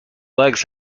legs